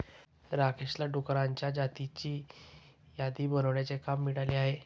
राकेशला डुकरांच्या जातींची यादी बनवण्याचे काम मिळाले आहे